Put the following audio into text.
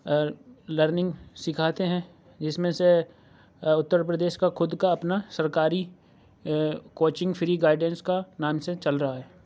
learning سکھاتے ہیں جس میں سے اتر پردیش کا خود کا اپنا سرکاری کوچنگ فری گائڈینس کا نام سے چل رہا ہے